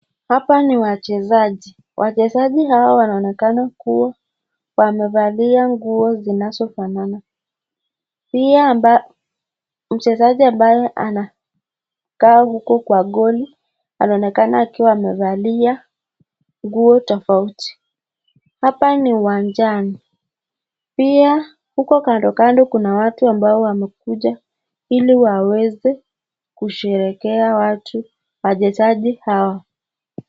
Hapa ni wachezaji. Wachezaji hawa wanaonekana kuwa wamevalia nguo zinazofanana. Pia mchezaji ambaye anakaa huko kwa goli anaonekana akiwa amevalia nguo tofauti. Hapa ni uwanjani. Pia huko kando kando kuna watu ambao wamekuja ili waweze kusherehekea wachezaji hawa.